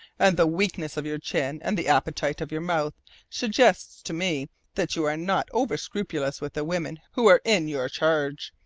and the weakness of your chin and the appetite of your mouth suggest to me that you are not over scrupulous with the women who are in your charge.